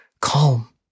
calm